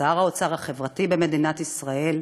שר האוצר החברתי במדינת ישראל,